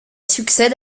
succède